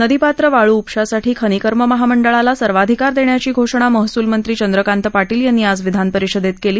नदीपात्र वाळू उपशासाठी खनिकर्म महामंडळाला सर्वाधिकार देण्याची घोषणा महसूल मंत्री चंद्रकांत पाटील यांनी आज विधानपरिषदेत केली